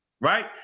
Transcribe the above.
right